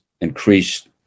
increased